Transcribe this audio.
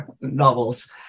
novels